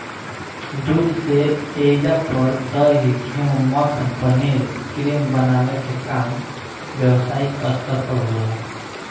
दूध से ऐइजा पर दही, घीव, मक्खन, पनीर, क्रीम बनावे के काम व्यवसायिक स्तर पर होला